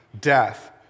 death